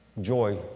joy